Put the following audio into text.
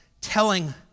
telling